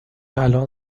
الان